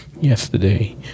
yesterday